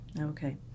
Okay